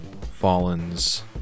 Fallen's